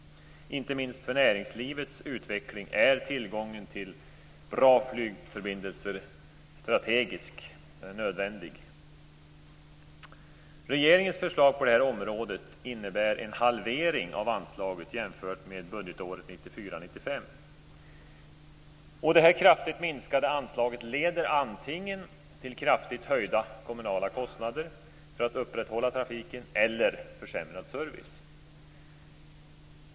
Inte minst för näringslivets utveckling är tillgången till bra flygförbindelser strategisk och nödvändig. Regeringens förslag på det här området innebär en halvering av anslaget jämfört med budgetåret 1994/95. Det här kraftigt minskade anslaget leder antingen till kraftigt höjda kommunala kostnader för att upprätthålla trafiken eller till försämrad service.